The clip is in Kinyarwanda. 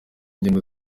ngingo